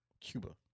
Cuba